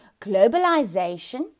globalization